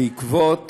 בעקבות